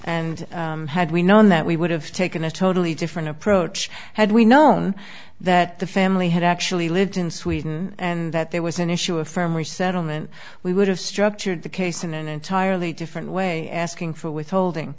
and had we known that we would have taken a totally different approach had we known that the family had actually lived in sweden and that there was an issue a firmer settlement we would have structured the case in an entirely different way asking for withholding